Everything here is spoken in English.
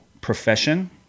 profession